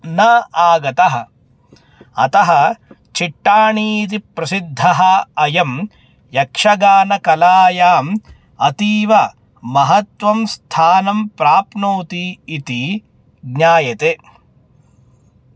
न आगतः अतः चिट्टाणी इति प्रसिद्धः अयं यक्षगानकलायाम् अतीवमहत्त्वं स्थानं प्राप्नोति इति ज्ञायते